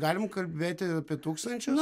galim kalbėti apie tūkstančius